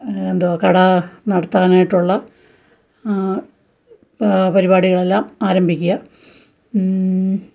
എന്താണ് കട നടത്താനായിട്ടുള്ള പരിപാടികളെല്ലാം ആരംഭിക്കുക